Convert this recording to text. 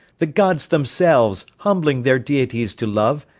the gods themselves, humbling their deities to love,